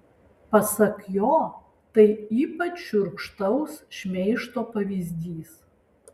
pasak jo tai ypač šiurkštaus šmeižto pavyzdys